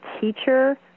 teacher